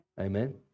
Amen